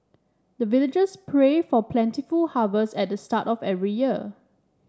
the villagers pray for plentiful harvest at the start of every year